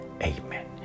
Amen